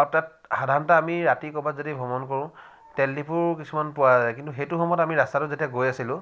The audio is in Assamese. আৰু তাত সাধাৰণতে আমি ৰাতি ক'ৰবাত যদি ভ্ৰমণ কৰো তেল ডিপু কিছুমান পোৱা যায় কিন্তু সেইটো সময়ত আমি ৰাস্তাটো যেতিয়া গৈ আছিলোঁ